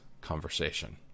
conversation